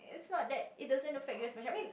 it's not that it doesn't affect you as much I mean